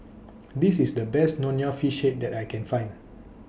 This IS The Best Nonya Fish Head that I Can Find